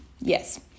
yes